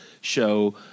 show